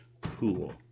Cool